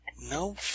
No